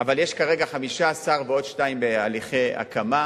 אבל יש כרגע 15, ועוד שניים בהליכי הקמה.